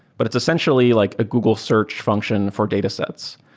but it's essentially like a google search function for datasets.